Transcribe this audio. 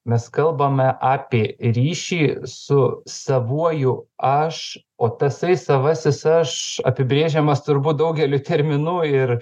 mes kalbame apie ryšį su savuoju aš o tasai savasis aš apibrėžiamas turbūt daugeliu terminų ir